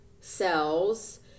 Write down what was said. cells